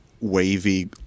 wavy